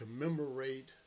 commemorate